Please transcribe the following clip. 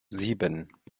sieben